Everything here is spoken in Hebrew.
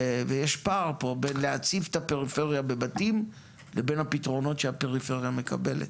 ויש פער פה בין להציף את הפריפריה בבתים לבין הפתרונות שהפריפריה מקבלת.